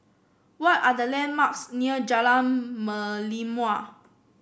what are the landmarks near Jalan Merlimau